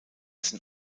sind